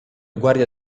guardia